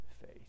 faith